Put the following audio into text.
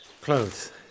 Clothes